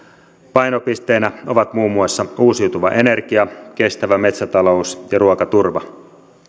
painopisteenä ovat muun muassa uusiutuva energia kestävä metsätalous ja ruokaturva